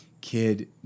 Kid